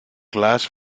class